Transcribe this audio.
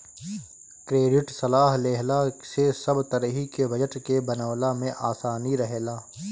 credit सलाह लेहला से सब तरही के बजट के बनवला में आसानी रहेला